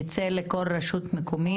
ייצא לכל רשות מקומית?